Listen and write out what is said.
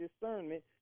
discernment